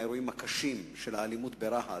האירועים הקשים של האלימות ברהט,